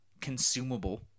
consumable